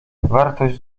wartość